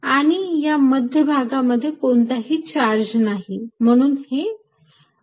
आणि या मध्य भागामध्ये कोणताही चार्ज नाही आणि म्हणून हे 0 होईल